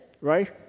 right